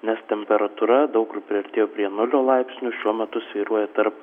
nes temperatūra daug kur priartėjo prie nulio laipsnių šiuo metu svyruoja tarp